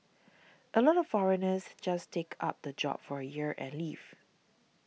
a lot of foreigners just take up the job for a year and leave